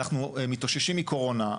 אנחנו מתאוששים מקורונה,